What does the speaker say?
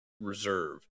Reserve